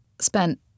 spent